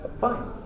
fine